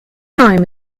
time